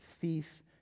thief